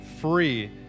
free